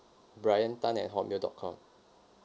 brian tan at hotmail dot com